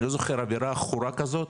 אני לא זוכר אווירה עכורה כזאת